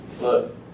Look